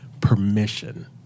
permission